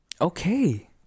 Okay